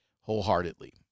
wholeheartedly